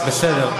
בסדר.